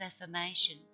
affirmations